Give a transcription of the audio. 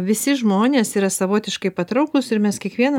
visi žmonės yra savotiškai patrauklūs ir mes kiekvieną